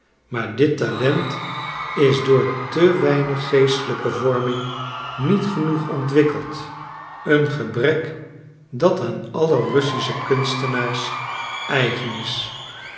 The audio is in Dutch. maar dit talent is door te weinig geestelijke vorming niet genoeg ontwikkeld een gebrek dat aan alle russische kunstenaars eigen is